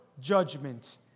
judgment